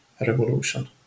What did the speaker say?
revolution